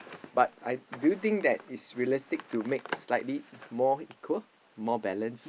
but I do you think that it's realistic to make slightly more equal more balanced